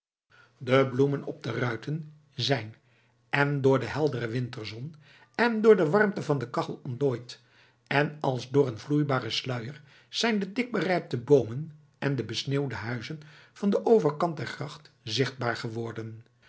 de bloemen op de ruiten zijn èn door de heldere winterzon èn door de warmte van de kachel ontdooid en als door een vloeibaren sluier zijn de dik berijpte boomen en de besneeuwde huizen van den overkant der gracht zichtbaar geworden